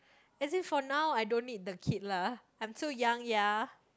as in for now I don't need the kid lah I'm so young ya